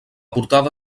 portada